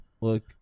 Look